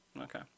okay